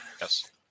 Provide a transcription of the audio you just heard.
Yes